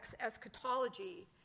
eschatology